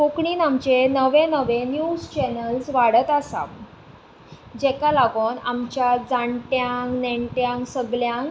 कोंकणीन आमचे नवे नवे न्यूज चॅनल्स वाडत आसा जाका लागून आमच्या जाण्ट्यांक नेण्ट्यांक सगल्यांक